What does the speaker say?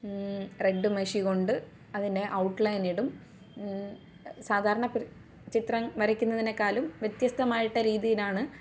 red മഷികൊണ്ട് അതിനെ outline ഇടും സാധാരണ ചിത്രം വരക്കുന്നതിനേക്കാളും വ്യത്യസ്തമായിട്ട രീതിയിലാണ്